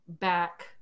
back